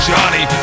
Johnny